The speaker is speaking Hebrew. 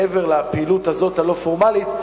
מעבר לפעילות הזאת הלא-פורמלית,